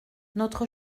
notre